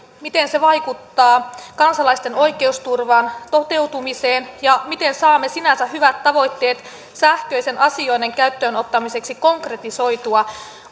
miten se vaikuttaa kansalaisten oikeusturvan toteutumiseen ja miten saamme sinänsä hyvät tavoitteet sähköisen asioinnin käyttöön ottamiseksi konkretisoitua